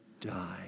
die